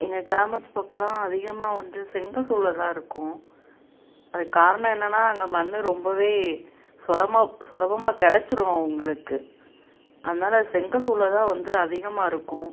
எங்கள் கிராமத்துப் பக்கமெல்லாம் அதிகமாக வந்து செங்கல் சூளைதான் இருக்கும் அதுக்கு காரணம் என்னென்னால் அங்கே மண் ரொம்பவே சுலமா சுலபமாக கிடைச்சிரும் அவர்களுக்கு அதனால் செங்கல் சூளைதான் வந்து அதிகமாக இருக்கும்